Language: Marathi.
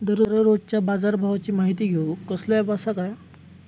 दररोजच्या बाजारभावाची माहिती घेऊक कसलो अँप आसा काय?